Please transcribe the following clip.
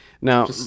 Now